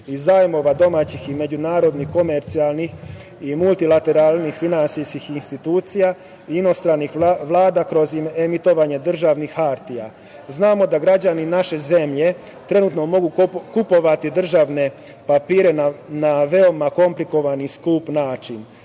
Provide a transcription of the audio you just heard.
iz zajmova domaćih i međunarodnih komercijalnih i multilateralnih finansijskih institucija, inostranih vlada kroz emitovanje državnih hartija. Znamo da građani naše zemlje trenutno mogu kupovati državne papire na veoma komplikovan i skup način.